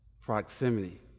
Proximity